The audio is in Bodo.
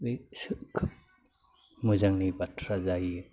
बै खोब मोजांनि बाथ्रा जायो